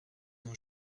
ont